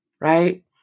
right